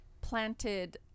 planted